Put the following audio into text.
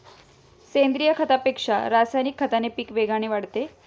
सेंद्रीय खतापेक्षा रासायनिक खताने पीक वेगाने वाढते